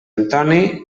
antoni